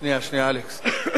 שנייה, שנייה, אלכס.